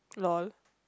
lol